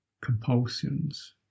compulsions